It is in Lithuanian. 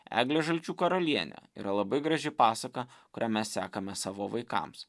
eglė žalčių karalienė yra labai graži pasaka kurią mes sekama savo vaikams